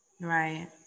right